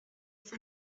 für